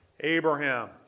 Abraham